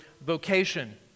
vocation